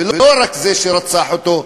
ולא רק זה שרצח אותו,